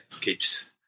keeps